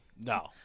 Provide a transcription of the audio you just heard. No